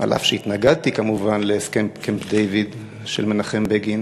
אף שהתנגדתי כמובן להסכם קמפ-דייוויד של מנחם בגין,